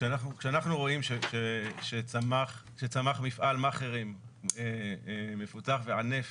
כשאנחנו רואים שצמח מפעל "מאכערים" מפותח וענף